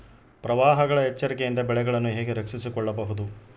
ಪ್ರವಾಹಗಳ ಎಚ್ಚರಿಕೆಯಿಂದ ಬೆಳೆಗಳನ್ನು ಹೇಗೆ ರಕ್ಷಿಸಿಕೊಳ್ಳಬಹುದು?